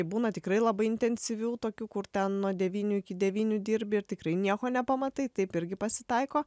būna tikrai labai intensyvių tokių kur ten nuo devynių iki devynių dirbi ir tikrai nieko nepamatai taip irgi pasitaiko